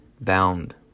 bound